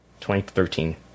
2013